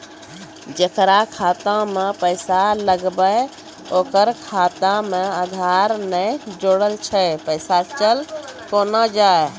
जेकरा खाता मैं पैसा लगेबे ओकर खाता मे आधार ने जोड़लऽ छै पैसा चल कोना जाए?